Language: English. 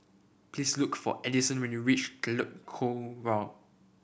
please look for Edison when you reach Telok Kurau